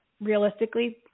realistically